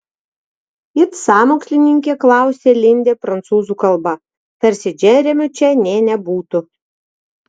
it sąmokslininkė klausia lindė prancūzų kalba tarsi džeremio čia nė nebūtų